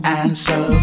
answer